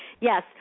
Yes